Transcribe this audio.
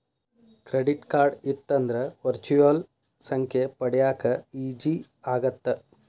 Credit card ಇತ್ತಂದ್ರ virtual ಸಂಖ್ಯೆ ಪಡ್ಯಾಕ ಈಜಿ ಆಗತ್ತ?